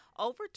over